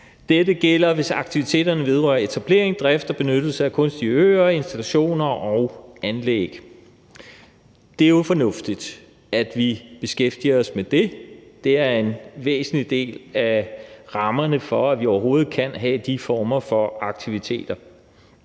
Dette gælder, hvis aktiviteterne vedrører etablering, drift og benyttelse af kunstige øer, installationer og anlæg. Det er jo fornuftigt, at vi beskæftiger os med det. Det er en væsentlig del af rammerne for, at vi overhovedet kan have de former for aktiviteter.